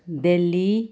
Delhi